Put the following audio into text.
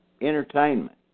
entertainment